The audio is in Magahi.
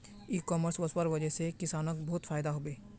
इ कॉमर्स वस्वार वजह से किसानक बहुत फायदा हबे